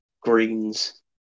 greens